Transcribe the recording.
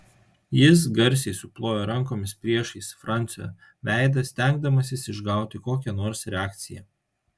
jis garsiai suplojo rankomis priešais francio veidą stengdamasis išgauti kokią nors reakciją